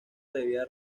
debía